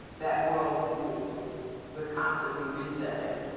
that world view we're constantly resetting.